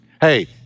hey